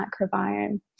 microbiome